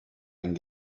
ein